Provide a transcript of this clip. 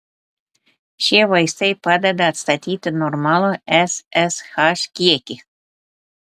šie vaistai padeda atstatyti normalų ssh kiekį